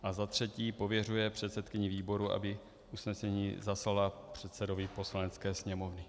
III. pověřuje předsedkyni výboru, aby usnesení zaslala předsedovi Poslanecké sněmovny.